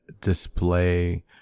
display